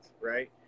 right